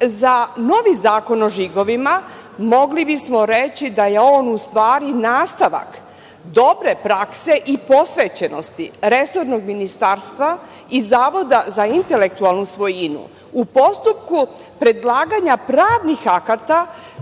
za novi Zakon o žigovima mogli bismo reći da je on u stvari nastavak dobre prakse i posvećenosti resornog ministarstva i Zavoda za intelektualnu svojinu u postupku predlaganja pravnih akata